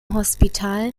hospital